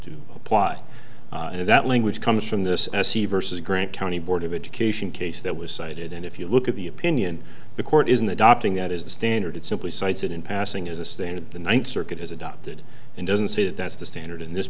do apply and that language comes from this s c versus grant county board of education case that was cited and if you look at the opinion the court isn't adopting that is the standard simply cites it in passing as a standard the ninth circuit has adopted and doesn't say that that's the standard in this